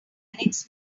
linux